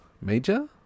major